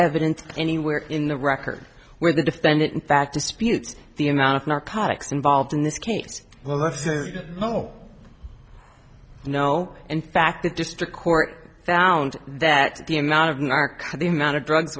evidence anywhere in the record where the defendant in fact disputes the amount of narcotics involved in this case well that's a no no in fact the district court found that the amount of narc the amount of drugs